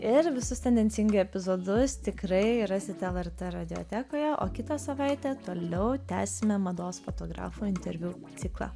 ir visus tendencingai epizodus tikrai rasit lrt radiotekoje o kitą savaitę toliau tęsime mados fotografų interviu ciklą